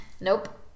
Nope